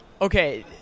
okay